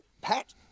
Pat